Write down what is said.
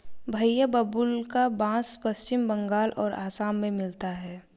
भईया बाबुल्का बास पश्चिम बंगाल और असम में मिलता है